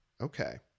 Okay